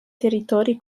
territori